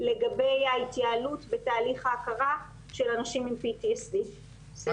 לגבי ההתייעלות בתהליך הכרה של אנשים עם PTSD. בסדר?